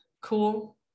Cool